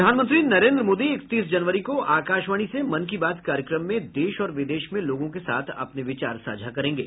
प्रधानमंत्री नरेंद्र मोदी इकतीस जनवरी को आकाशवाणी से मन की बात कार्यक्रम में देश और विदेश में लोगों के साथ अपने विचार साझा करेंगे